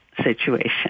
situation